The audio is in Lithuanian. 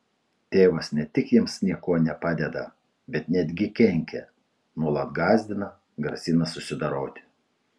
tėvas ne tik jiems niekuo nepadeda bet netgi kenkia nuolat gąsdina grasina susidoroti